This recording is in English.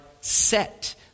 set